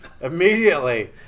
Immediately